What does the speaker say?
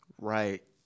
right